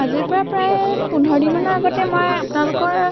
আজিৰ পৰা প্ৰায় পোন্ধৰদিনমান আগতে মই আপোনালোকৰ